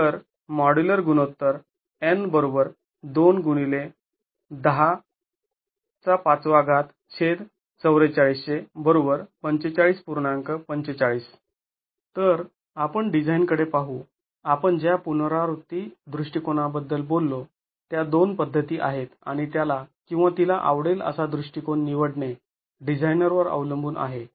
तर मॉड्युलर गुणोत्तर तर आपण डिझाईन कडे पाहू आपण ज्या पुनरावृत्ती दृष्टिकोनाबद्दल बोललो त्या दोन पद्धती आहेत आणि त्याला किंवा तिला आवडेल असा दृष्टिकोन निवडणे डिझायनर वर अवलंबून आहे